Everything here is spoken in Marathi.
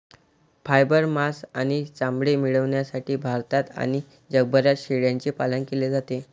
फायबर, मांस आणि चामडे मिळविण्यासाठी भारतात आणि जगभरात शेळ्यांचे पालन केले जाते